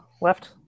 left